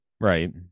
Right